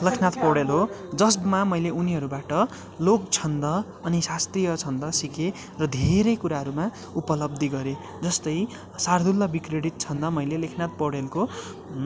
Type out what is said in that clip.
लेखनाथ पौड्याल हो जसमा मैले उनीहरूबाट लोक छन्द अनि शास्त्रीय छन्द सिकेँ र धेरै कुराहरूमा उपलब्धि गरे जस्तै शार्दुलविक्रिडत छन्द लेखनाथ पौड्यालको